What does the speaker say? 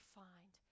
find